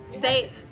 They-